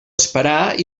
esperar